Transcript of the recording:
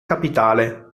capitale